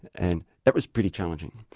and that was pretty challenging.